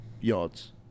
yards